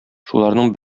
шуларның